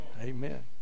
Amen